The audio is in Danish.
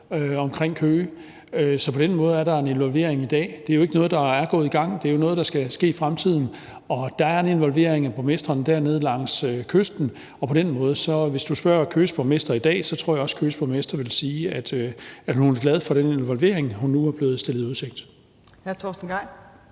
omkring Køge, så på den måde er der en involvering i dag. Det er jo ikke noget, der er gået i gang; det er jo noget, der skal ske i fremtiden, og der er en involvering af borgmestrene dernede langs kysten, og hvis du spørger Køges borgmester i dag, tror jeg også, at Køges borgmester vil sige, at hun er glad for den involvering, hun nu er blevet stillet i udsigt. Kl. 18:57 Tredje